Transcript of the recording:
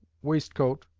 waistcoat,